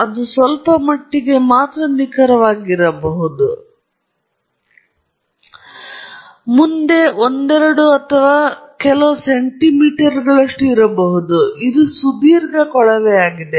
ಇದು ಸ್ವಲ್ಪಮಟ್ಟಿಗೆ ಇರಬಹುದು ಇದು ಮುಂದೆ ಸೆಂಟಿಮೀಟರ್ಗಳ ಒಂದೆರಡು ಅಥವಾ ಕೆಳಗೆ ಕೆಲವು ಸೆಂಟಿಮೀಟರ್ಗಳಷ್ಟು ಇರಬಹುದು ಹಿಂದೆ ಇದು ಸುದೀರ್ಘ ಕೊಳವೆಯಾಗಿದೆ